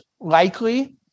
likely